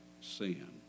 sin